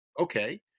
Okay